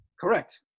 Correct